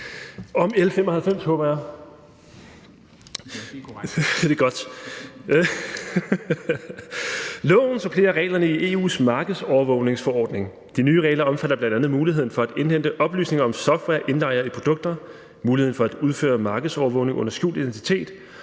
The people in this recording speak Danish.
Loven supplerer reglerne i EU's markedsovervågningsforordning. De nye regler omfatter bl.a. muligheden for at indhente oplysninger om software indlejret i produkter, muligheden for at udføre markedsovervågning under skjult identitet